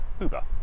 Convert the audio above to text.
Uber